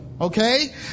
okay